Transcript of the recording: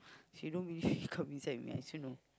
he don't believe he come inside with me I say no